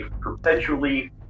perpetually